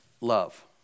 love